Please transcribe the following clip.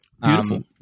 Beautiful